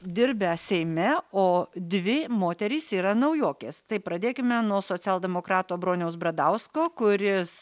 dirbę seime o dvi moterys yra naujokės tai pradėkime nuo socialdemokrato broniaus bradausko kuris